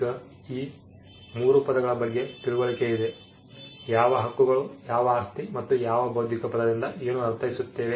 ಈಗ ಈ 3 ಪದಗಳ ಬಗ್ಗೆ ತಿಳುವಳಿಕೆ ಇದೆ ಯಾವ ಹಕ್ಕುಗಳು ಯಾವ ಆಸ್ತಿ ಮತ್ತು ನಾವು ಈ ಬೌದ್ಧಿಕ ಪದದಿಂದ ಏನು ಅರ್ಥೈಸುತ್ತೇವೆ